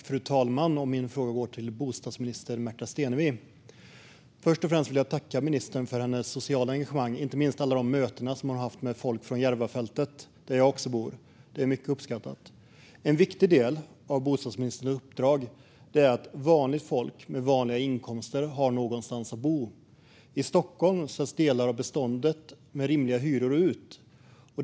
Fru talman! Min fråga går till bostadsminister Märta Stenevi. Först och främst vill jag tacka ministern för hennes sociala engagemang, inte minst alla de möten som hon haft med människor från Järvafältet, där jag också bor. Det är mycket uppskattat. En viktig del av bostadsministerns uppdrag är att vanligt folk med vanliga inkomster har någonstans att bo. I Stockholm säljs delar av beståndet av bostäder med rimliga hyror ut.